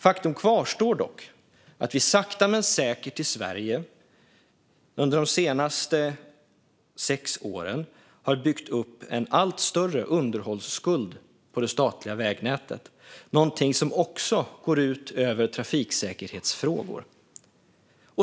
Faktum kvarstår dock att vi sakta men säkert i Sverige under de senaste sex åren har byggt upp en allt större underhållsskuld på det statliga vägnätet. Det är någonting som också går ut över trafiksäkerhetsfrågor.